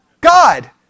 God